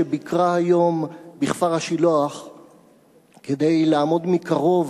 שביקרה היום בכפר-השילוח כדי לעמוד מקרוב